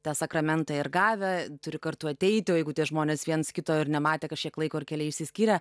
tą sakramentą ir gavę turi kartu ateiti o jeigu tie žmonės viens kito ir nematė kažkiek laiko ir keliai išsiskyrė